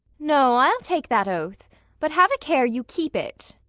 no, i'll take that oath but have a care you keep it.